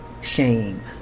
shame